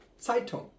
Zeitung